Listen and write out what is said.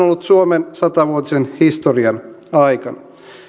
ollut suomen sata vuotisen historian aikana